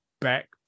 back